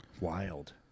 Wild